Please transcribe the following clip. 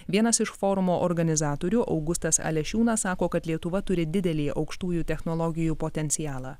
vienas iš forumo organizatorių augustas alešiūnas sako kad lietuva turi didelį aukštųjų technologijų potencialą